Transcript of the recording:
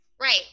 Right